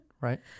Right